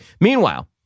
Meanwhile